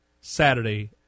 Saturday